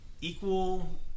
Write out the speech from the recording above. equal